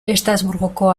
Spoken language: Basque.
estrasburgoko